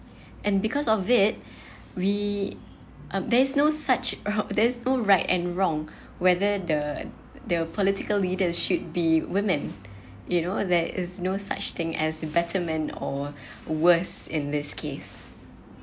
and because of it we uh there is no such uh there's no right and wrong whether the the political leaders should be women you know there is no such thing as a better man or worse in this case